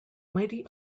mighty